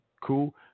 cool